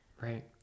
Right